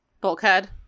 bulkhead